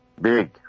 Big